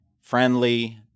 friendly